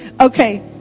Okay